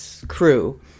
crew